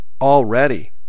already